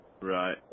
Right